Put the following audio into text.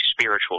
spiritual